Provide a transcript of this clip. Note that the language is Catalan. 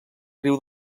riu